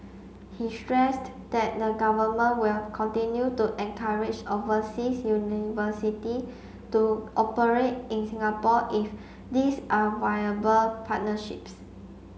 he stressed that the government will continue to encourage overseas university to operate in Singapore if these are viable partnerships